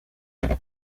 ngo